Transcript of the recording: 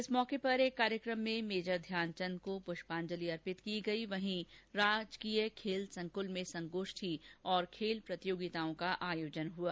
इस मौके पर एक कार्यक्रम में मेजर ध्यानचंद को पुष्पांजलि अर्पित की गई वहीं राजकीय खेल संक्ल में संगोष्ठी और खेल प्रतियोगिताओं का आयोजन हुआ